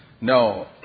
no